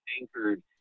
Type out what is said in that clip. anchored